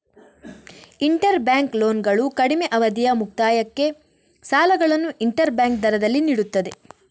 inter bank ಲೋನ್ಗಳು ಕಡಿಮೆ ಅವಧಿಯ ಮುಕ್ತಾಯಕ್ಕೆ ಸಾಲಗಳನ್ನು ಇಂಟರ್ ಬ್ಯಾಂಕ್ ದರದಲ್ಲಿ ನೀಡುತ್ತದೆ